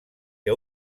que